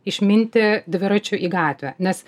išminti dviračiu į gatvę nes